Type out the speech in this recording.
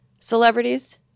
celebrities